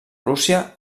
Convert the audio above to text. rússia